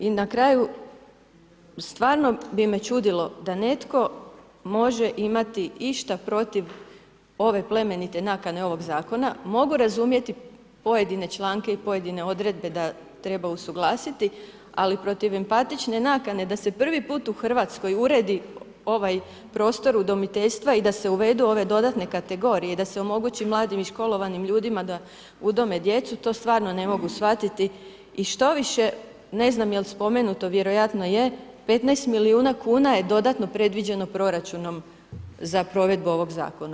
I na kraju, stvarno bi me čudilo da netko može imati išta protiv ove plemenite nakane ovoga zakona, mogu razumjeti pojedine članke i pojedine odredbe da treba usuglasiti ali protiv empatične nakane da se prvi put u Hrvatskoj uredi ovaj prostor udomiteljstva i da se uvedu ove dodatne kategorije i da se omogući mladim i školovanim ljudima da udome djecu, to stvarno ne mogu shvatiti i štoviše, ne znam jel' spomenuto, vjerojatno je, 15 milijuna kuna je dodatno predviđeno proračunom za provedbu ovog zakona.